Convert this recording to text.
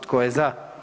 Tko je za?